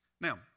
Now